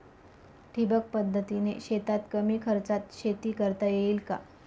ठिबक पद्धतीने शेतात कमी खर्चात शेती करता येईल का?